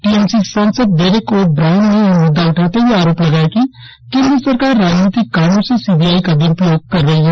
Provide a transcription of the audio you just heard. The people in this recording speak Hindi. टीएमसी सांसद डेरेक ओ ब्रायन ने यह मुद्दा उठाते हुए आरोप लगाया कि केंद्र सरकार राजनीतिक कारणों से सीबीआई का दुरुपयोग कर रही है